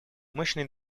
мощной